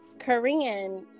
korean